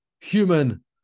human